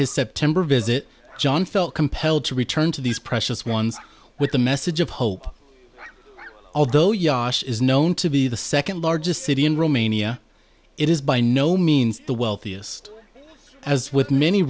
his september visit john felt compelled to return to these precious ones with the message of hope although yosh is known to be the second largest city in romania it is by no means the wealthiest as with many